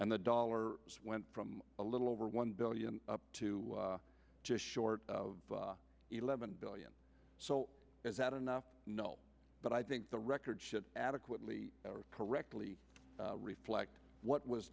and the dollar went from a little over one billion to just short of eleven billion so is that enough no but i think the record should adequately correctly reflect what was